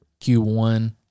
Q1